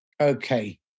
Okay